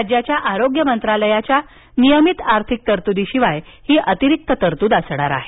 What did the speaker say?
राज्याच्या आरोग्य मंत्रालयाच्या नियमित आर्थिकतरतूदीशिवाय ही अतिरिक्त तरतूद असणार आहे